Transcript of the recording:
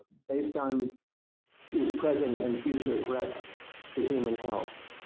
based on these present and future threats to human health.